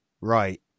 right